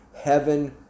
heaven